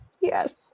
yes